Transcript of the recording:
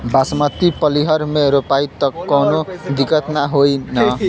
बासमती पलिहर में रोपाई त कवनो दिक्कत ना होई न?